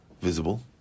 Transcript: visible